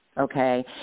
Okay